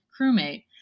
crewmate